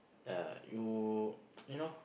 ya you you know